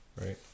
right